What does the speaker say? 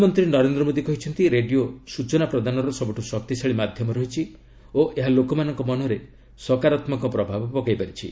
ପ୍ରଧାନମନ୍ତ୍ରୀ ନରେନ୍ଦ୍ର ମୋଦୀ କହିଛନ୍ତି ରେଡିଓ ସୂଚନା ପ୍ରଦାନର ସବୁଠୁ ଶକ୍ତିଶାଳୀ ମାଧ୍ୟମ ରହିଛି ଓ ଏହା ଲୋକମାନଙ୍କ ମନରେ ସକାରାତ୍ମକ ପ୍ରଭାବ ପକାଇପାରିଛି